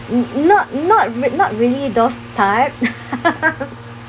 not not not really those part